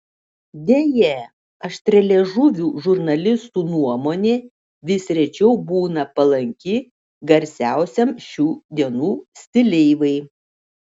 deja aštrialiežuvių žurnalistų nuomonė vis rečiau būna palanki garsiausiam šių dienų stileivai